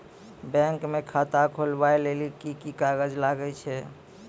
Bank म खाता खोलवाय लेली की की कागज लागै छै?